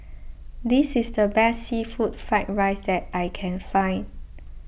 this is the best Seafood Fried Rice that I can find